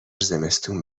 زمستون